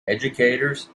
educators